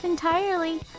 Entirely